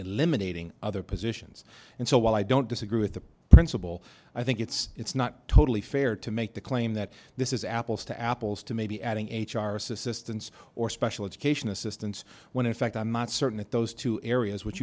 eliminating other positions and so while i don't disagree with the principle i think it's it's not totally fair to make the claim that this is apples to apples to maybe adding h r assistance or special education assistance when in fact i'm not certain that those two areas wh